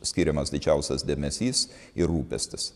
skiriamas didžiausias dėmesys ir rūpestis